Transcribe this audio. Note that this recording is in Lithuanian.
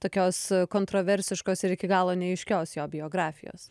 tokios kontraversiškos ir iki galo neaiškios jo biografijos